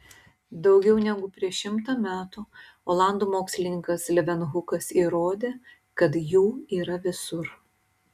daugiau negu prieš šimtą metų olandų mokslininkas levenhukas įrodė kad jų yra visur